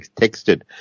texted